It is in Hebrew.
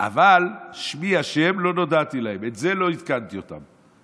אבל "שמי ה' לא נודעתי להם" את זה לא עדכנתי אותם,